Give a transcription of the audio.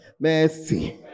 Mercy